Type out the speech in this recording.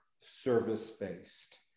service-based